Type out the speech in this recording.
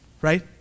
right